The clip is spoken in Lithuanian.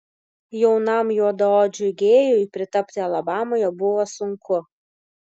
jaunam juodaodžiui gėjui pritapti alabamoje buvo sunku